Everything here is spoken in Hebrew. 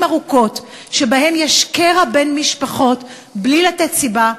ארוכות שבהן יש קרע בין משפחות בלי לתת סיבה,